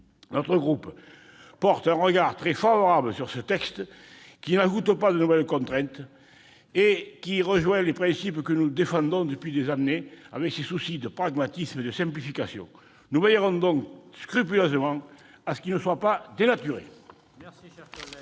notre groupe porte un regard très favorable sur ce texte, qui ne crée pas de contraintes supplémentaires et rejoint les principes que nous défendons depuis des années, dans un souci de pragmatisme et de simplification. Nous veillerons donc scrupuleusement à ce qu'il ne soit pas dénaturé. La parole